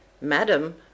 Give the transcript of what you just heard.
madam